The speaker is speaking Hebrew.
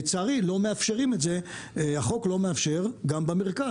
לצערי, החוק לא מאפשר גם במרכז.